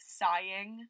sighing